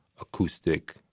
acoustic